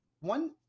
One